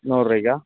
നൂറു രൂപയ്ക്കാണോ